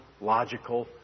logical